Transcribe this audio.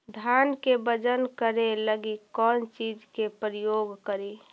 धान के बजन करे लगी कौन चिज के प्रयोग करि?